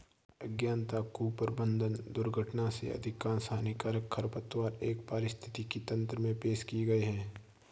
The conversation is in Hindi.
अज्ञानता, कुप्रबंधन, दुर्घटना से अधिकांश हानिकारक खरपतवार एक पारिस्थितिकी तंत्र में पेश किए गए हैं